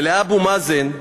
ולאבו מאזן,